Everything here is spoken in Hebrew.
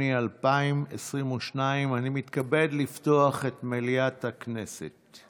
את מליאת הכנסת.